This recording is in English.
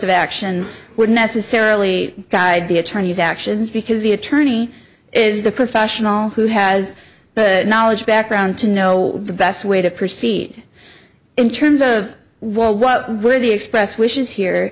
of action would necessarily guide the attorney's actions because the attorney is the professional who has the knowledge background to know the best way to proceed in terms of what were the express wishes here